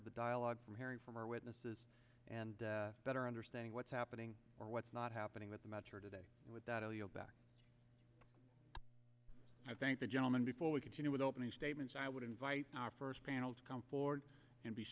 to the dialogue from hearing from our witnesses and better understanding what's happening or what's not happening with them today without all your back i thank the gentleman before we continue with opening statements i would invite our first panel to come forward and be